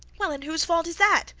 well, and whose fault is that?